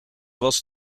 was